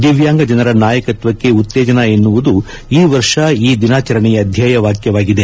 ದಿವ್ಯಾಂಗ ಜನರ ನಾಯಕತ್ವಕ್ಕೆ ಉತ್ತೇಜನ ಎನ್ನುವುದು ಈ ವರ್ಷ ಈ ದಿನಾಚರಣೆಯ ಧ್ಯೇಯವ್ಯಾಕ್ಯವಾಗಿದೆ